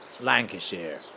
Lancashire